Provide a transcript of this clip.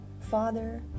father